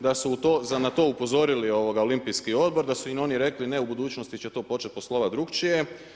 Da su za na to upozorili Olimpijski odbor, da su im oni rekli, ne u budućnosti će to početi poslovati drugačije.